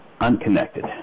unconnected